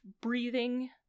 breathing